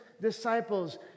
disciples